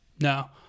No